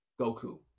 Goku